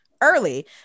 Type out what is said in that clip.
early